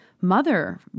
mother